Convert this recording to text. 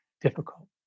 difficult